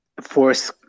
force